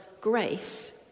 grace